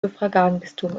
suffraganbistum